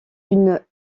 une